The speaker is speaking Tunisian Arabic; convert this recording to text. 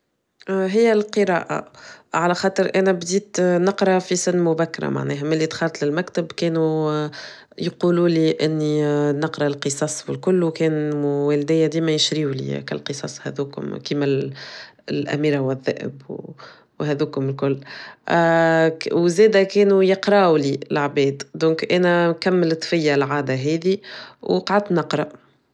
هي القراءة على خاطر أنا بدأت نقرأ في سن مبكرة معناها من اللي دخلت للمكتب كانوا يقولوا لي أني نقرأ القصص والكل كان مو والدايا ديما يشريوا ليا هكا القصص هذوكم كما الأميرة والذئب وهذوكم الكل وزادة كانوا يقرأو لي العبيد دونك أنا كملت فيا العادة هذي وقعت نقرأ.